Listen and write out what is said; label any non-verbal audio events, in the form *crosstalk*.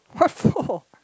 what *laughs* for